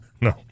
No